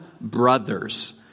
brothers